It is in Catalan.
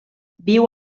viu